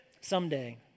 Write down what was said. someday